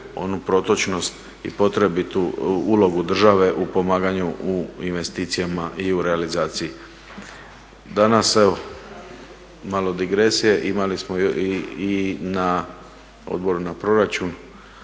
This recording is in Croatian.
onu protočnost i potrebitu ulogu države u pomaganju u investicijama i u realizaciji. Danas evo malo digresije, imali smo i na Odboru na proračun